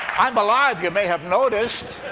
i'm alive, you may have noticed.